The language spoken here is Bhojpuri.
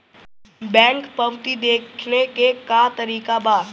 बैंक पवती देखने के का तरीका बा?